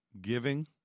giving